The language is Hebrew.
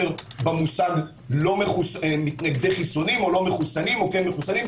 במושג מתנגדי חיסונים או לא מחוסנים או כן מחוסנים.